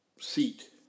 seat